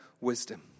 wisdom